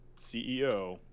ceo